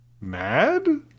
mad